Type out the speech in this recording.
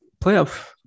playoff